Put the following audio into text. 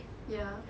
ya